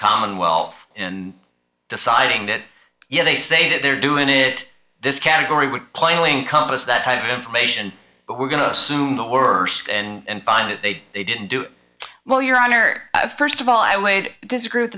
commonwealth and deciding that yeah they say that they're doing it this category would plainly compass that type of information but we're going to assume the worst and find that they they didn't do well your honor first of all i would disagree with